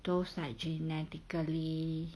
those like genetically